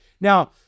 Now